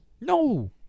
No